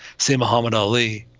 say mohamed ali,